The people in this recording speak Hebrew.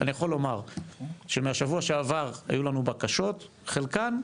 אני יכול לומר שמהשבוע שעבר היו לנו בקשות, חלקן,